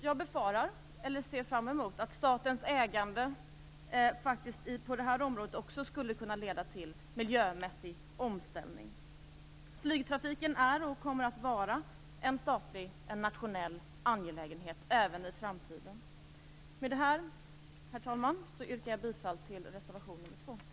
Jag ser fram mot att statens ägande på det här området också skulle kunna leda till miljömässig omställning. Flygtrafiken är och kommer att vara en statlig, nationell angelägenhet även i framtiden. Med det här, herr talman, yrkar jag bifall till reservation nr 2.